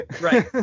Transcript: Right